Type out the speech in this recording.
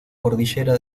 cordillera